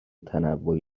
تنوعی